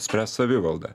spręs savivalda